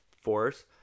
force